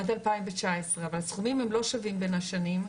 עד 2019 אבל הסכומים הם לא שווים בין השנים,